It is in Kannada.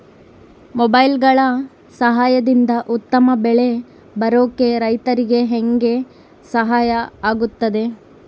ಮೊಬೈಲುಗಳ ಸಹಾಯದಿಂದ ಉತ್ತಮ ಬೆಳೆ ಬರೋಕೆ ರೈತರಿಗೆ ಹೆಂಗೆ ಸಹಾಯ ಆಗುತ್ತೆ?